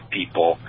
people